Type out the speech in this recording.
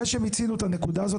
אחרי שמיצינו את הנקודה הזאת,